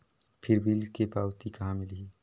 फिर बिल के पावती कहा मिलही?